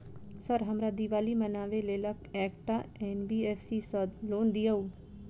Sir हमरा दिवाली मनावे लेल एकटा एन.बी.एफ.सी सऽ लोन दिअउ?